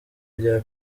rya